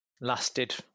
lasted